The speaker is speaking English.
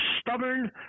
stubborn